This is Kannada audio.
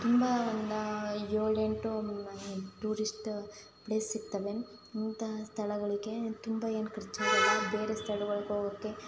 ತುಂಬ ಒಂದು ಏಳು ಎಂಟು ಟೂರಿಸ್ಟ ಪ್ಲೇಸ್ ಸಿಗ್ತವೆ ಇಂಥ ಸ್ಥಳಗಳಿಗೆ ತುಂಬ ಏನೂ ಖರ್ಚಾಗಲ್ಲ ಬೇರೆ ಸ್ಥಳಗಳಿಗೆ ಹೋಗೋಕ್ಕೆ